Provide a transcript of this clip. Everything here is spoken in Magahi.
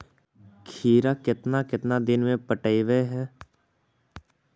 खिरा केतना केतना दिन में पटैबए है?